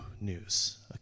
news